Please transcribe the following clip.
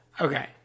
Okay